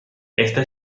esta